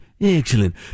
Excellent